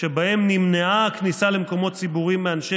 שבהם נמנעה הכניסה למקומות ציבוריים מאנשי